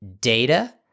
data